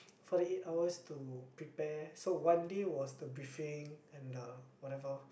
forty eight hours to prepare so one day was the briefing and the whatever